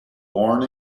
born